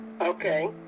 Okay